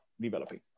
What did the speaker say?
developing